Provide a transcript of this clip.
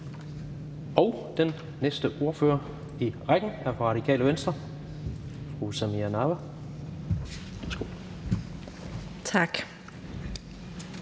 Den næste ordfører i rækken er fra Radikale Venstre. Fru Samira Nawa,